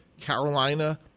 Carolina